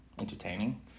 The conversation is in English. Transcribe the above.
entertaining